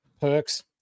perks